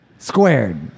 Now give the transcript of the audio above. Squared